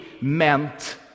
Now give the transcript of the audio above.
meant